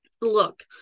Look